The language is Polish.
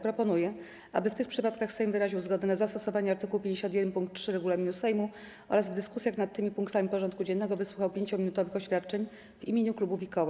Proponuję, aby w tych przypadkach Sejm wyraził zgodę na zastosowanie art. 51 pkt 3 regulaminu Sejmu oraz w dyskusjach nad tymi punktami porządku dziennego wysłuchał 5-minutowych oświadczeń w imieniu klubów i koła.